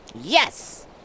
Yes